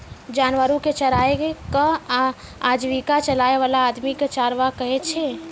जानवरो कॅ चराय कॅ आजीविका चलाय वाला आदमी कॅ चरवाहा कहै छै